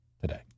today